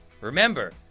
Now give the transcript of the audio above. Remember